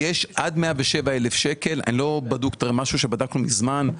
זה משהו שבדקנו מזמן,